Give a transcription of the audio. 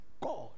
God